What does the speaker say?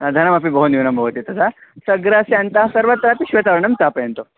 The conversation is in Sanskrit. हा धनमपि बहु न्यूनं भवति तथा स गृहस्य अन्तः सर्वत्रापि श्वेतवर्णं स्थापयन्तु